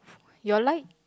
your like